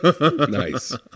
Nice